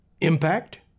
Impact